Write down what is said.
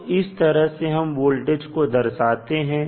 तो इस तरह से हम वोल्टेज को दर्शाते हैं